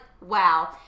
wow